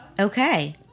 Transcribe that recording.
Okay